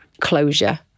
closure